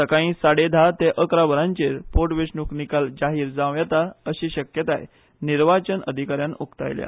सकाळी साडे धा ते अकरा वरांचेर पोटवेंचणूक निकाल जाहीर जांव येता अशी शक्याताय निर्वाचन अधिकाऱ्यान उक्तायल्या